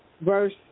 Verse